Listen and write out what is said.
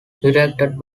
directed